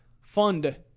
fund